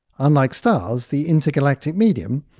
unlike stars, the intergalactic medium,